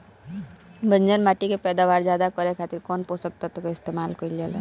बंजर माटी के पैदावार ज्यादा करे खातिर कौन पोषक तत्व के इस्तेमाल कईल जाला?